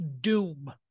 doom